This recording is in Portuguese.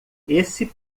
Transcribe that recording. esse